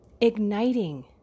Igniting